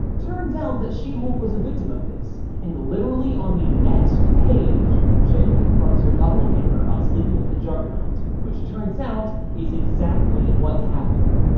turns out that she hulk was victim of this and literally on the next page, jen confronts her doppelganger about sleeping with the juggernaut which turns out is exactly what happened!